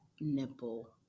Nipple